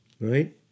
Right